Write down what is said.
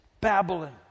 Babylon